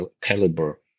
caliber